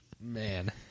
Man